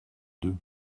deux